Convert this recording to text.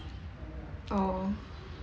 oh